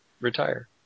retire